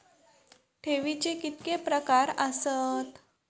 ठेवीचे कितके प्रकार आसत?